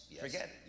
Forget